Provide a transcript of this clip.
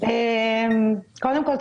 קודם כל,